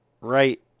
right